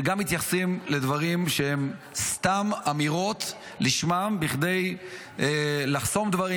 שגם מתייחסים לדברים שהם סתם אמירות לשמן כדי לחסום דברים.